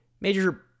major